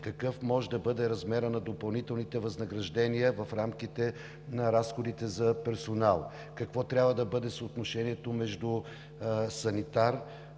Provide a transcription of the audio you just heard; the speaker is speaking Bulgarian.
какъв може да бъде размерът на допълнителните възнаграждения в рамките на разходите за персонал, какво трябва да бъде съотношението между санитар,